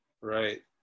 Right